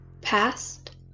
Past